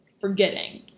forgetting